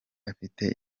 afite